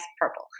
purple